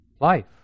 life